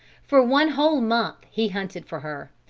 for one whole month he hunted for her,